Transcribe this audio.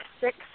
six